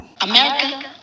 america